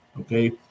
okay